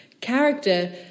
character